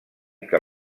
que